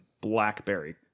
blackberry